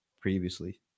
previously